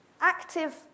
active